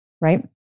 Right